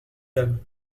dame